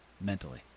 mentally